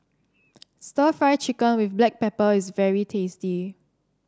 stir Fry Chicken with Black Pepper is very tasty